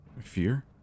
Fear